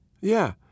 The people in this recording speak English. Yeah